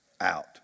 out